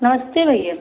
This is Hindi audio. नमस्ते भैया